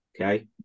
okay